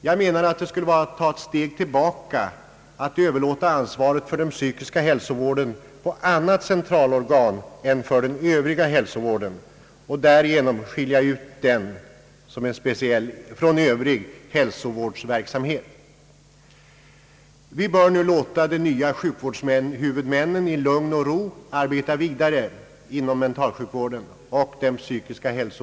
Jag menar att det skulle vara ett steg tillbaka att överlåta ansvaret för den psykiska hälsovården på annat centralorgan än för den övriga hälsovården och därigenom skilja den från övrig hälsovårdsverksamhet. Vi bör nu låta de nya sjukvårdshuvudmännen i lugn och ro arbeta vidare inom mentalsjukvården.